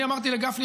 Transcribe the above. אני אמרתי לגפני,